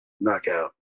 knockout